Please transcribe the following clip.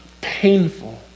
painful